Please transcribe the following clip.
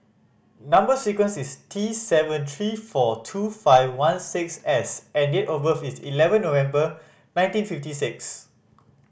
number sequence is T seven three four two five one six S and date of birth is eleven November nineteen fifty six